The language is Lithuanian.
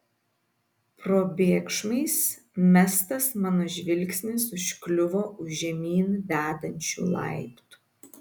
probėgšmais mestas mano žvilgsnis užkliuvo už žemyn vedančių laiptų